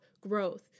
growth